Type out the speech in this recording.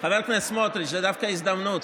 חבר הכנסת סמוטריץ', זו דווקא הזדמנות.